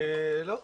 לא,